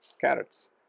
carrots